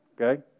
Okay